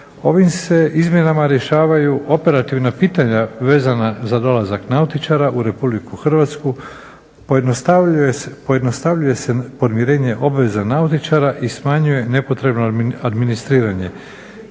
Ovim se izmjenama rješavaju operativna pitanja vezana za dolazak nautičara u Republiku Hrvatsku pojednostavljuje se podmirenje obveza nautičari i smanjuje nepotrebno administriranje